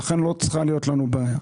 ולכן לא צריכה להיות לנו בעיה.